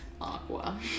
Aqua